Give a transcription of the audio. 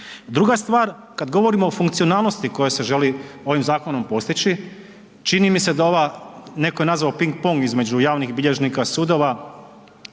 Druga stvar, kada govorimo o funkcionalnost koja se želi ovim zakonom postići, čini mi se da ova neko je nazvao ping pong između javnih bilježnika, sudova,